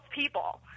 people